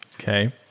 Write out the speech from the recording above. Okay